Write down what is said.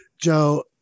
Joe